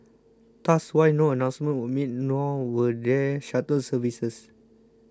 thus why no announcements were made nor were there shuttle services